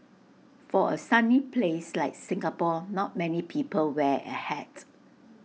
for A sunny place like Singapore not many people wear A hat